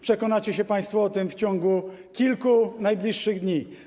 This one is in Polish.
Przekonacie się państwo o tym w ciągu kilku najbliższych dni.